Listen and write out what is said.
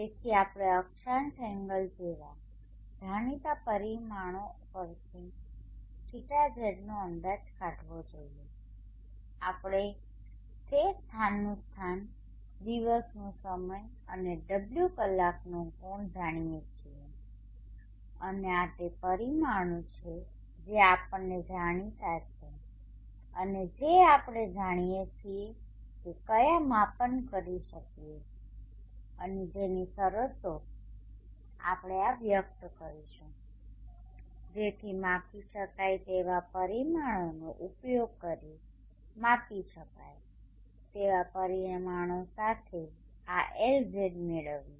તેથી આપણે અક્ષાંશ એંગલ જેવા જાણીતા પરિમાણો પરથી θz નો અંદાજ કાઢવો જોઈએ આપણે તે સ્થાનનું સ્થાન દિવસનો સમય અને ω કલાકનો કોણ જાણીએ છીએ અને આ તે પરિમાણો છે જે આપણને જાણીતા છે અને જે આપણે જાણીએ છીએ કે કયા માપન કરી શકે છે અને જેની શરતો આપણે આ વ્યક્ત કરીશું જેથી માપી શકાય તેવા પરિમાણોનો ઉપયોગ કરીને માપી શકાય તેવા પરિમાણો સાથે આ LZ મેળવીએ